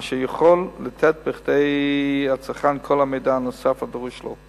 אשר יכול לתת בידי הצרכן את כל המידע הנוסף הדרוש לו.